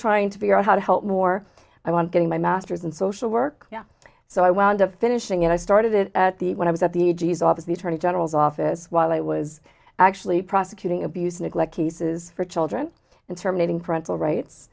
trying to figure out how to help more i want getting my masters in social work so i wound up finishing it i started it at the when i was at the a g s office the attorney general's office while i was actually prosecuting abuse neglect cases for children and terminating parental rights